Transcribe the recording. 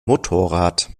motorrad